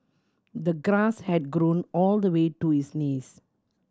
the grass had grown all the way to his knees